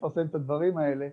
לפרסם את הדברים האלה.